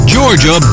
Georgia